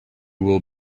will